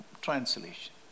translation